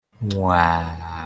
Wow